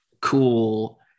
cool